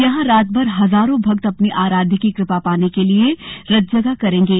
यहां रातभर हजारों भक्त अपने आराध्य की कृपा पाने के लिए रतजगा करेंगे